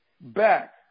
back